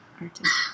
artist